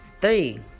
Three